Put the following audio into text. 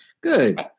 Good